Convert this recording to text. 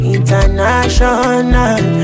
International